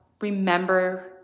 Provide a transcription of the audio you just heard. remember